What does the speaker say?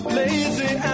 lazy